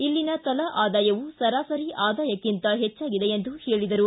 ಇಲ್ಲಿನ ತಲಾ ಆದಾಯವು ಸರಾಸರಿ ಆದಾಯಕ್ಕಿಂತ ಹೆಚ್ಚಾಗಿದೆ ಎಂದು ಹೇಳಿದರು